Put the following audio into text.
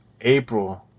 April